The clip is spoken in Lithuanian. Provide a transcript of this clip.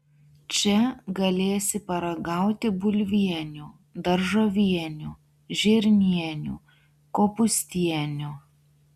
čia galėsi paragauti bulvienių daržovienių žirnienių kopūstienių